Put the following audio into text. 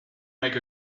make